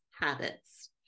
habits